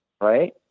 right